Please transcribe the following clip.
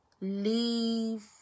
Leave